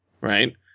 right